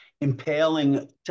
impaling